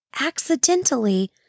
accidentally